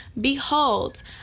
Behold